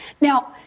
Now